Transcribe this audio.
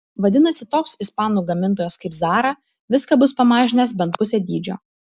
vadinasi toks ispanų gamintojas kaip zara viską bus pamažinęs bent pusę dydžio